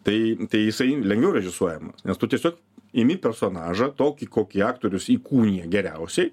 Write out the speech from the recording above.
tai jisai lengviau režisuojamas nes tu tiesiog imi personažą tokį kokį aktorius įkūnija geriausiai